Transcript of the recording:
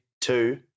two